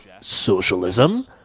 socialism